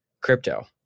crypto